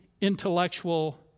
intellectual